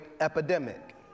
epidemic